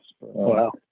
Wow